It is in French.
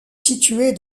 située